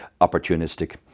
opportunistic